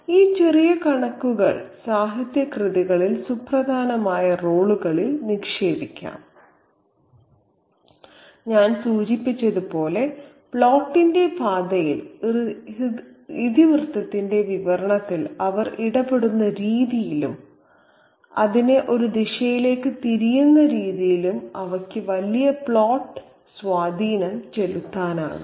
ഈ ചെറിയ കണക്കുകൾ സാഹിത്യകൃതികളിൽ സുപ്രധാനമായ റോളുകളിൽ നിക്ഷേപിക്കാം ഞാൻ സൂചിപ്പിച്ചതുപോലെ പ്ലോട്ടിന്റെ പാതയിൽ ഇതിവൃത്തത്തിന്റെ വിവരണത്തിൽ അവർ ഇടപെടുന്ന രീതിയിലും അതിനെ ഒരു ദിശയിലേക്ക് തിരിയുന്ന രീതിയിലും അവയ്ക്ക് വലിയ പ്ലോട്ട് സ്വാധീനം ചെലുത്താനാകും